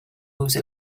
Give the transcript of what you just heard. whose